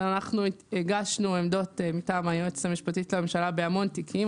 אנחנו הגשנו עמדות מטעם היועצת המשפטית לממשלה בהמון תיקים,